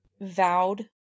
vowed